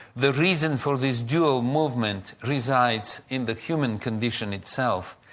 the reason for this dual movement resides in the human condition itself.